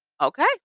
Okay